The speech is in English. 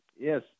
Yes